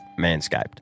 Manscaped